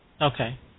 Okay